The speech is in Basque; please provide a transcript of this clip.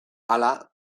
hala